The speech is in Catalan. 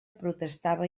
protestava